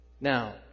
Now